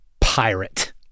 pirate